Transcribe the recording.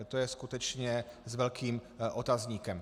To je skutečně s velkým otazníkem.